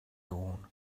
dawn